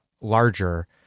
larger